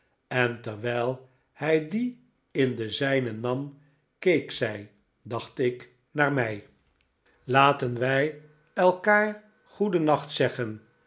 en terwijl hij die in de zijne nam keek zij dacht ik naar mij eerste twist om mijnheer murd stone laten wij elkaar goedennacht zeggen